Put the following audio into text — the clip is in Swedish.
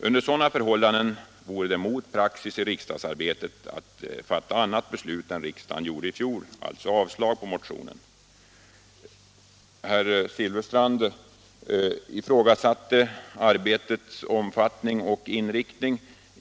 Under sådana förhållanden vore det mot praxis i riksdagsarbetet att fatta annat beslut än riksdagen gjorde i fjol, alltså avslag på motionen. Herr Silfverstrand ifrågasatte arbetets omfattning och inriktning.